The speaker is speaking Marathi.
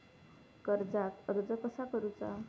कर्जाक अर्ज कसा करुचा?